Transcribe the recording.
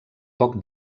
poc